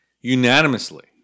Unanimously